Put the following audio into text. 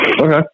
okay